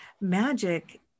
magic